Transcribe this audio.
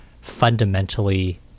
fundamentally